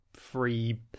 free